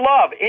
love